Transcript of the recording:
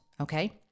Okay